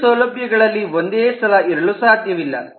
ಎರೆಡು ಸೌಲಭ್ಯಗಳಲ್ಲಿ ಒಂದೇ ಸಲ ಇರಲು ಸಾಧ್ಯವಿಲ್ಲ